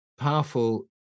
powerful